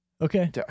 Okay